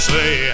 say